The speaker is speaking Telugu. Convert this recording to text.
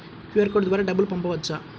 క్యూ.అర్ కోడ్ ద్వారా డబ్బులు పంపవచ్చా?